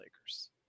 Lakers